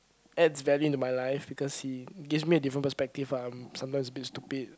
adds value into my life because he gives me a different perspective ah I'm sometimes a bit stupid